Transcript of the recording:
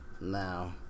now